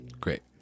great